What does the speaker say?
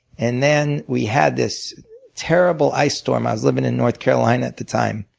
and then we had this terrible ice storm. i was living in north carolina at the time.